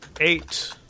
Eight